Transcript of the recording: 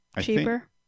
Cheaper